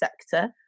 sector